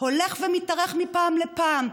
הולך ומתארך מפעם לפעם.